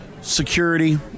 security